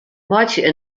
meitsje